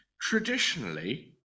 traditionally